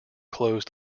close